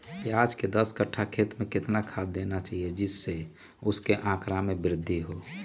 प्याज के दस कठ्ठा खेत में कितना खाद देना चाहिए जिससे उसके आंकड़ा में वृद्धि हो?